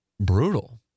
brutal